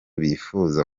bifuza